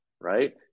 right